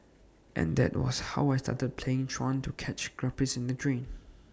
and that was how I started playing truant to catch guppies in the drain